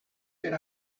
per